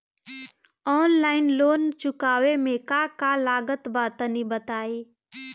Online loan चुकावे म का का लागत बा तनि बताई?